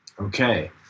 Okay